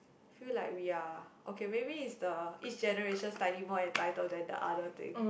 feel like we are okay maybe it's the each generation slightly more entitled than the other thing